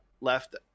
left